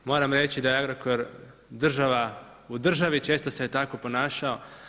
Moram reći da je Agrokor država u državi, često se tako ponašao.